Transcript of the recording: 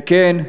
וכן,